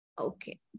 okay